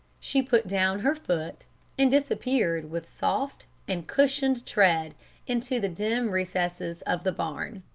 she put down her foot and disappeared with soft and cushioned tread into the dim recesses of the barn.